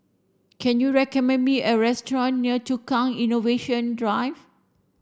can you recommend me a restaurant near Tukang Innovation Drive